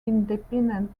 independent